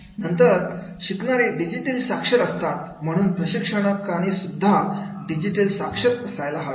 नंतर शिकणारे डिजिटल साक्षर असतात म्हणून प्रशिक्षकाने सुद्धा डिजिटल साक्षर असायला हवे